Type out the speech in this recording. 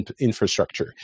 infrastructure